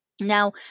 Now